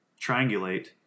Triangulate